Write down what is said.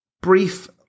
brief